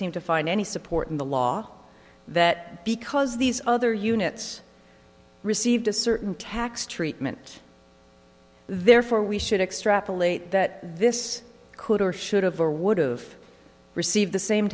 seem to find any support in the law that because these other units received a certain tax treatment therefore we should extrapolate that this could or should have or would've received the same